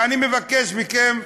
ואני מבקש מכם,